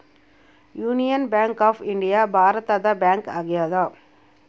union Bank of India ಭಾರತದ bank ಆಗ್ಯಾದ